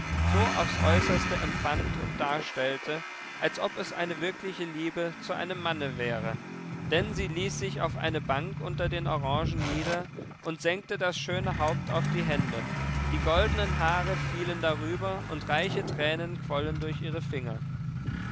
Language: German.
so aufs äußerste empfand und darstellte als ob es eine wirkliche liebe zu einem manne wäre denn sie ließ sich auf eine bank unter den orangen nieder und senkte das schöne haupt auf die hände die goldenen haare fielen darüber und reiche tränen quollen durch ihre finger